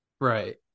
Right